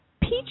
Peach